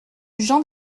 jean